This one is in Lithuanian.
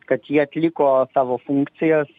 kad ji atliko savo funkcijas